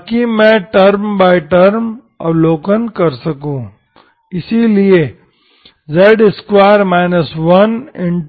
ताकि मैं term by term अवकलन कर सकूं इसलिए n2nn 1cnzn